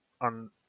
on